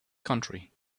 country